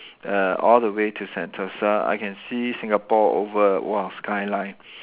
err all the way to Sentosa I can see Singapore over !wah! skyline